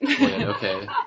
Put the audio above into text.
okay